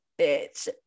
bitch